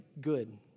good